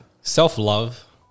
self-love